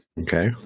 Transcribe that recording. Okay